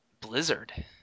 Blizzard